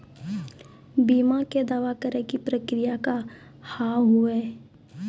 बीमा के दावा करे के प्रक्रिया का हाव हई?